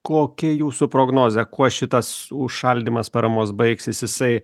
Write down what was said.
kokia jūsų prognozė kuo šitas užšaldymas paramos baigsis jisai